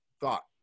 thought